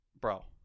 Bro